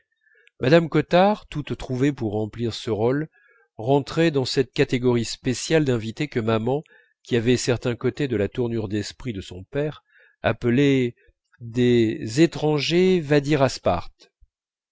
mme cottard toute trouvée pour remplir ce rôle rentrait dans cette catégorie spéciale d'invités que maman qui avait certains côtés de la tournure d'esprit de son père appelait des étranger va dire à sparte